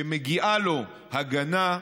שמגיעה לו הגנה,